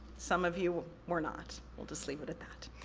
some of you were not, we'll just leave it at that.